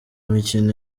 mikino